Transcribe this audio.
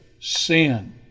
sin